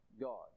God